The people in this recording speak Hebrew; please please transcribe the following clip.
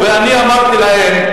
ואני אמרתי להם: